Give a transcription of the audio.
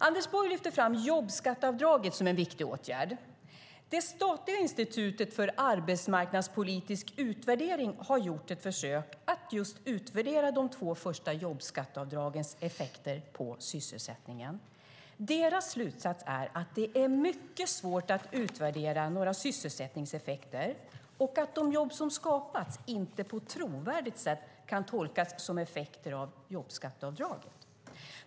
Anders Borg lyfter fram jobbskatteavdraget som en viktig åtgärd. Det statliga Institutet för arbetsmarknadspolitisk utvärdering har gjort ett försök att utvärdera just de två första jobbskatteavdragens effekter på sysselsättningen. Deras slutsats är att det är mycket svårt att utvärdera några sysselsättningseffekter och att de jobb som har skapats inte på ett trovärdigt sätt kan tolkas som effekter av jobbskatteavdraget.